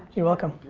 you're welcome.